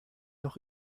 noch